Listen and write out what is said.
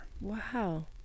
Wow